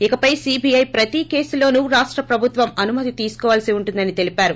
ఇకపై సీబీఐ ప్రతీ కేసులోసూ రాష్ట ప్రభుత్వం అనుమతి తీసుకోవలసి ఉంటుందని తెలిపారు